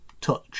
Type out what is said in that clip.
touch